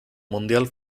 mundial